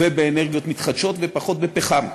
ובאנרגיות מתחדשות, ופחות בפחם.